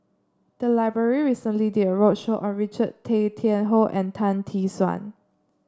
the library recently did a roadshow on Richard Tay Tian Hoe and Tan Tee Suan